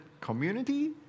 community